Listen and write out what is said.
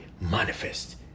manifest